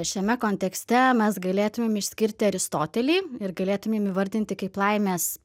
šiame kontekste mes galėtumėm išskirti aristotelį ir galėtumėm įvardinti kaip laimės